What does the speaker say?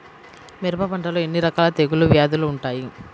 మిరప పంటలో ఎన్ని రకాల తెగులు వ్యాధులు వుంటాయి?